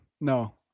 No